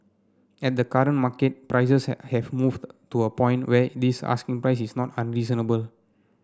and the current market prices have moved to a point where this asking price is not unreasonable